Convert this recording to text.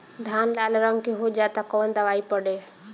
धान लाल रंग के हो जाता कवन दवाई पढ़े?